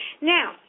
Now